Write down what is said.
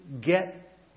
get